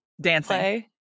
Dancing